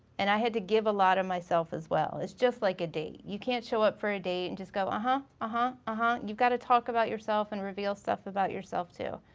and i had to give a lot of myself as well. it's just like a date. you can't show up for a date and just go ah huh, ah huh, ah huh, you've gotta talk about yourself and reveal stuff about yourself too.